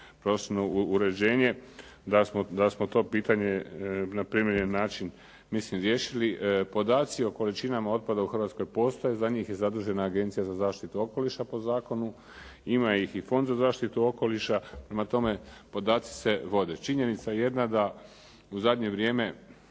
uređenje, da smo to pitanje na primjeren način mislim riješili podaci o količinama otpada u Hrvatskoj postoje, za njih je zadužena Agencija za zaštitu okoliša po zakonu ima ih i Fond za zaštitu okoliša. Prema tome, podaci se vode. Činjenica je jedna da u zadnje vrijeme